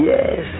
Yes